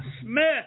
Smith